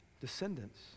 descendants